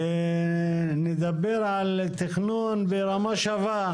ונדבר על תכנון ברמה שווה,